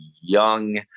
young